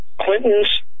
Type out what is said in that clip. Clinton's